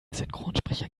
synchronsprecher